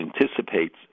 anticipates